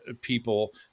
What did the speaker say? people